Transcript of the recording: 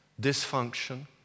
dysfunction